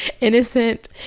innocent